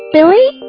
Billy